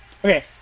Okay